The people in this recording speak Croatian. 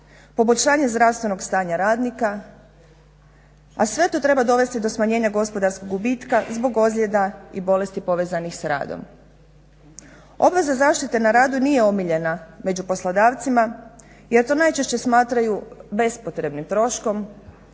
poboljšanje zdravstvenog stanja radnika a sve to treba dovesti do smanjenja gospodarskog gubitka zbog ozljeda i bolesti povezanih s radom. Obveza zaštite na radu nije omiljena među poslodavcima jer to najčešće smatraju bespotrebnim troškom,